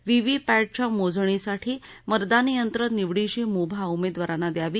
व्हीहीपॅटच्या मोजणीसाठी मतदान यंत्र निवडीची मुभा उमेदवारांना यावी